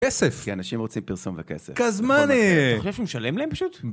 כסף. כי אנשים רוצים פרסום וכסף. כזמני. אתה חושב שמושלם להם פשוט?